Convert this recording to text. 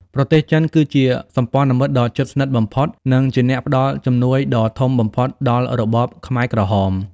ប្រទេសចិនគឺជាសម្ព័ន្ធមិត្តដ៏ជិតស្និទ្ធបំផុត និងជាអ្នកផ្ដល់ជំនួយដ៏ធំបំផុតដល់របបខ្មែរក្រហម។